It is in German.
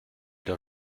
der